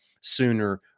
sooner